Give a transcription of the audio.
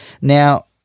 Now